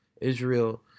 Israel